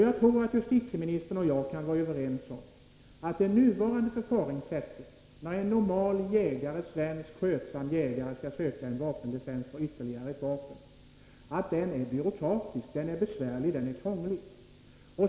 Jag tror att justitieministern och jag kan vara överens om att det nuvarande förfaringssättet, när en normal skötsam svensk jägare skall söka en vapenlicens för ytterligare ett vapen är byråkratiskt, besvärligt och krångligt.